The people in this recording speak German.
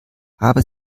aber